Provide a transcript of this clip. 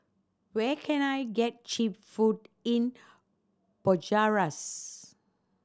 where can I get cheap food in Bucharest